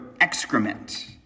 excrement